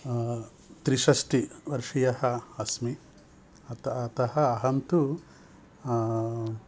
त्रिषष्ठिवर्षीयः अस्मि अत अत अहं तु